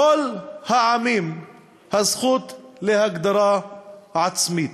לכל העמים הזכות להגדרה עצמית.